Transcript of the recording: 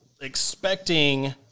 expecting